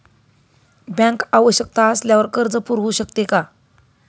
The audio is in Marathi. बँक आवश्यकता असल्यावर कर्ज पुरवू शकते का?